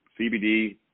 CBD